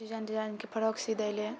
design डिजाइनके frock सी देलै